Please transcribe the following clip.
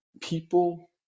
people